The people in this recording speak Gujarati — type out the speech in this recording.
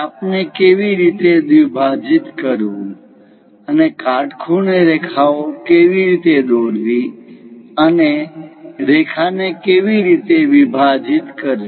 ચાપ ને કેવી રીતે દ્વિભાજિત કરવું અને કાટખૂણે રેખાઓ કેવી રીતે દોરવી અને રેખાને કેવી રીતે વિભાજીત કરવી